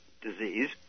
disease